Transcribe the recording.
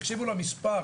ותקשיבו למספר,